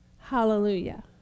Hallelujah